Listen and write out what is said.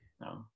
no